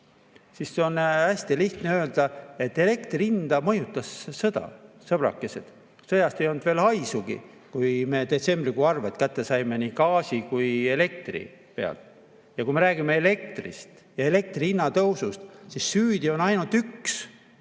siis on hästi lihtne öelda, et elektri hinda mõjutas sõda. Sõbrakesed, sõjast ei olnud veel haisugi, kui me detsembrikuu arved kätte saime, nii gaasi kui elektri omad. Ja kui me räägime elektrist ja elektri hinna tõusust, siis süüdi on ainult üks